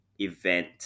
event